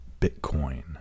Bitcoin